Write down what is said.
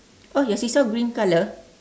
oh your seesaw green colour